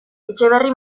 etxeberri